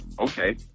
okay